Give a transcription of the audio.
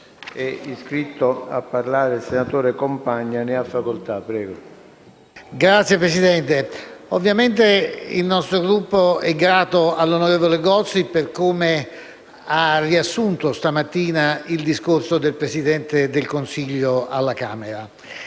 Signor Presidente, ovviamente il nostro Gruppo è grato all'onorevole Gozi per come ha riassunto stamattina il discorso del Presidente del Consiglio alla Camera